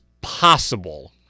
possible